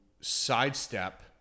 sidestep